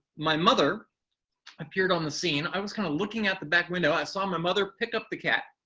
my mother appeared on the scene. i was kind of looking out the back window. i saw my mother pick up the cat.